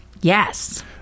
Yes